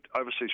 overseas